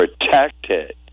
protected